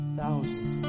thousands